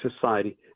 society